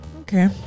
Okay